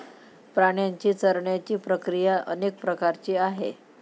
प्राण्यांची चरण्याची प्रक्रिया अनेक प्रकारची आहे